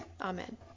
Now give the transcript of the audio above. Amen